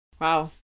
Wow